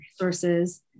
resources